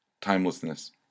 Timelessness